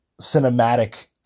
cinematic